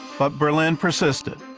but berlin persisted.